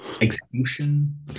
execution